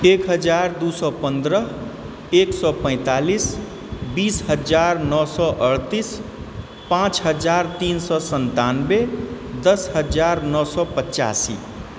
एक हजार दू सए पन्द्रह एक सए पैतालीस बीस हजार नओ सए अड़तीस पाँच हजार तीन सए सन्तानबे दस हजार नओ सए पच्चासी